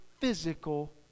physical